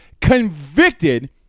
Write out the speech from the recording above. convicted –